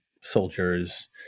soldiers